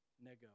Nego